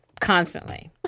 constantly